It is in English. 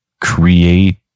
create